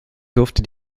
durfte